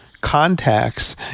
contacts